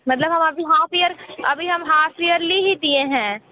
मतलब हम अभी हाफ ईयर अभी हम हाफ ईयरली ही दिए हैं